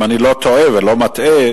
אם אני לא טועה ולא מטעה,